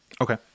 Okay